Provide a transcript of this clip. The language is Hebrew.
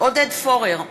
עודד פורר,